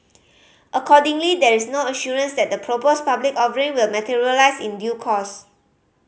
accordingly there is no assurance that the proposed public offering will materialise in due course